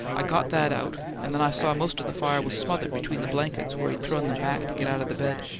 i got that out, and then i saw most of the fire was smothered between the blankets where he'd thrown them back to get out of the bed.